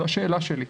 זו השאלה שלי.